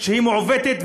שהיא מעוותת,